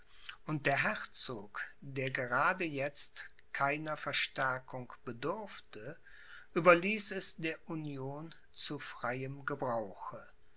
und der herzog der gerade jetzt keiner verstärkung bedurfte überließ es der union zu freiem gebrauche